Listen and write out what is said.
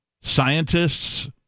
scientists